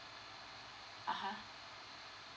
(uh huh)